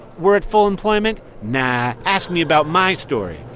we're at full employment? nah. ask me about my story.